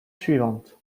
suivante